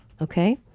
okay